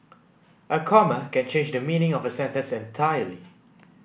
a comma can change the meaning of a sentence entirely